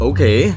Okay